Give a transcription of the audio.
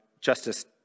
Justice